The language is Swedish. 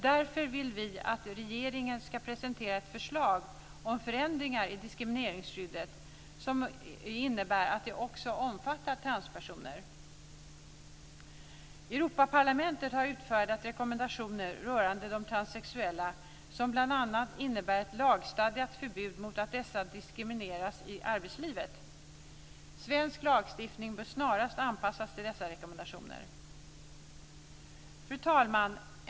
Därför vill vi att regeringen ska presentera ett förslag om förändringar i diskrimineringsskyddet som innebär att det också omfattar transpersoner. Europaparlamentet har utfärdat rekommendationer rörande de transsexuella som bl.a. innebär ett lagstadgat förbud mot att dessa diskrimineras i arbetslivet. Svensk lagstiftning bör snarast anpassas till dessa rekommendationer. Fru talman!